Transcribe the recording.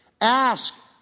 Ask